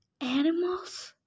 Animals